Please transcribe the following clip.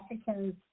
Africans